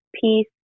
peace